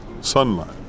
Sunlight